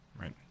Right